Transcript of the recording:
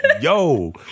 yo